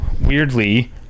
weirdly